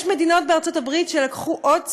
יש מדינות בארצות הברית שלקחו עוד צעד,